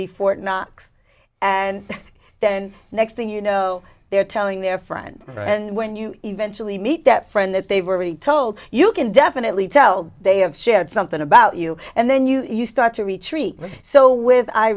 be fort knox and then next thing you know they're telling their friends and when you eventually meet that friend that they've already told you can definitely tell they have said something about you and then you start to retreat so with i